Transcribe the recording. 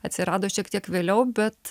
atsirado šiek tiek vėliau bet